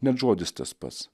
net žodis tas pats